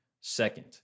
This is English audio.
Second